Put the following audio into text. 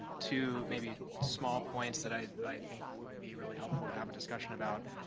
two maybe small points that i i think would be really helpful to have a discussion about,